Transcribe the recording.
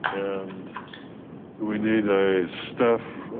and do we need a stuff,